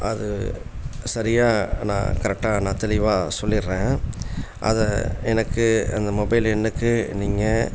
அது சரியாக நான் கரெக்டாக நான் தெளிவாக சொல்லிடறேன் அதை எனக்கு அந்த மொபைல் எண்ணுக்கு நீங்கள்